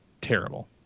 terrible